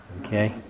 okay